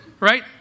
right